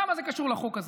למה זה קשור לחוק הזה?